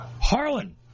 Harlan